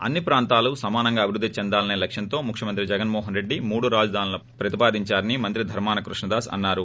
అన్ని ప్రాంతాలు సమానంగా అభివృద్ది చెందాలసే లక్ష్యంతో ముఖ్యమంత్రి జగన్మోహన్ రెడ్డి మూడు రాజధానులను ప్రతిపాదించారని మంత్రి ధర్మాన కృష్ణదాస్ అన్నారు